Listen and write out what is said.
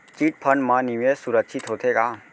Chit fund मा निवेश सुरक्षित होथे का?